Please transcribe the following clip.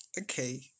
Okay